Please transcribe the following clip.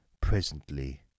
Presently